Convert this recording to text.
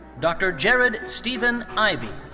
dr. jared steven ivey.